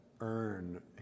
earn